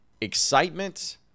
excitement